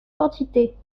quantités